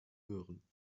hören